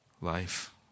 Life